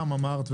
גם אמרת,